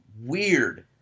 weird